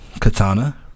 Katana